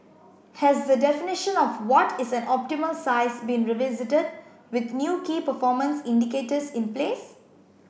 has the definition of what is an optimal size been revisited with new key performance indicators in place